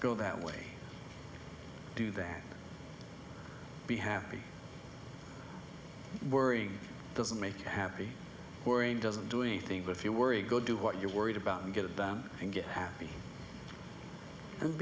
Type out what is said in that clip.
go that way do that be happy worrying doesn't make you happy worrying doesn't do anything but if you worry go do what you're worried about and get down and get happy and